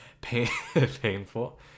painful